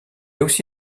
aussi